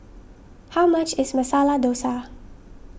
how much is Masala Dosa